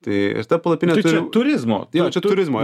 tai ta palapinė tai čia turizmo jo čia turizmo